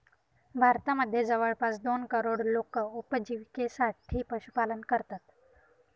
भारतामध्ये जवळपास दोन करोड लोक उपजिविकेसाठी पशुपालन करतात